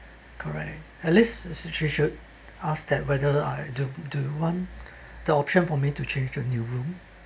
correct at least she she should ask that whether I do do you want the option for me to change to a new room